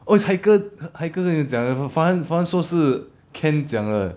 oh it's haikal haikal 哪里有讲 but farhan farhan 说是 ken 讲的